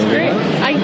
great